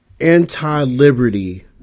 anti-liberty